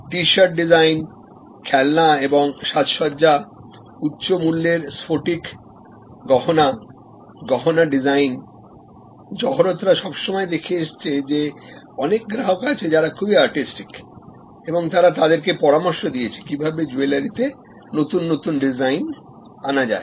টি shirt design খেলনা এবং সাজসজ্জা উচ্চ মূল্যের স্ফটিক গহনা গহনা ডিজাইন জহরতরা সবসময় দেখেএসেছে যে অনেক গ্রাহক আছে যারা খুবই আর্টিস্টিক এবং তারা তাদেরকে পরামর্শ দিয়েছে কিভাবেজুয়েলারিতে নতুননতুন ডিজাইন আনা যায়